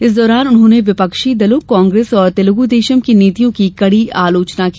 इस दौरान उन्होंने विपक्षी दलों कांग्रेस और तेलगूदेशम की नीतियों की कड़ी आलोचना की